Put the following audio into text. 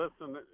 listen